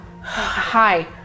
Hi